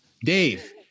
Dave